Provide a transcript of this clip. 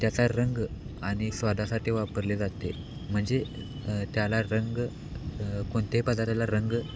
त्याचा रंग आणि स्वादासाठी वापरले जाते म्हणजे त्याला रंग कोणत्याही पदार्थाला रंग